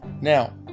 Now